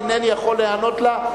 אינני יכול להיענות לה,